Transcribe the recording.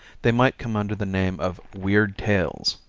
they might come under the name of weird tales.